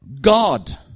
God